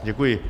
Děkuji.